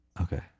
okay